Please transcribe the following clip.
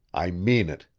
i mean it.